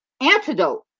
antidote